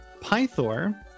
Pythor